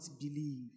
believe